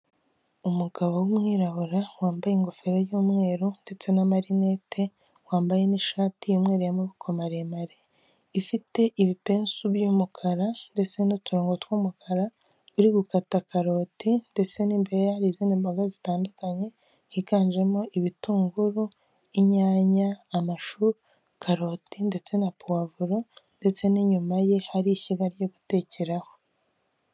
Umugabo w'umwirabura wambaye ingofero y'umweru ndetse na marinete wambaye n'ishati y'umweru y'amaboko maremare, ifite ibipensu by'umukara ndetse n'uturongo tw'umukara biri gukata karoti ndetse n'imbere hari n'izindi mboga zitandukanye higanjemo ibitunguru inyanya, amashu, karoti ndetse na pavuro ndetse n'inyuma ye hari ishyiga ryo guterekaho.